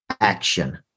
action